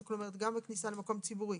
זאת אומרת גם בכניסה למקום ציבורי,